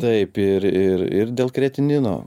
taip ir ir ir dėl kreatinino